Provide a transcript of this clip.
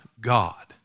God